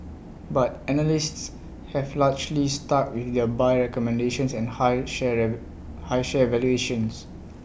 but analysts have largely stuck with their buy recommendations and high share high share valuations